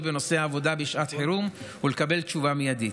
בנושאי עבודה בשעת חירום ולקבל תשובה מיידית.